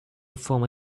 from